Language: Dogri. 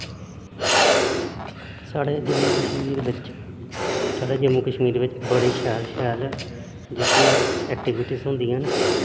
साढ़े जम्मू कश्मीर बिच्च साढ़े जम्मू कश्मीर बिच्च बड़े शैल शैल जेह्कियां ऐक्टिवीटीस होंदियां न